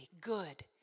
good